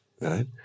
right